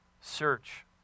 search